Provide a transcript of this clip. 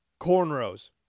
Cornrows